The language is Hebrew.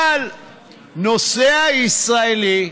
אבל נוסע ישראלי,